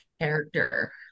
character